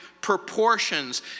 Proportions